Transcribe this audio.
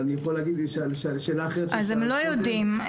הם לא יודעים.